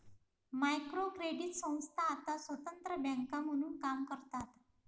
micro credit संस्था आता स्वतंत्र बँका म्हणून काम करतात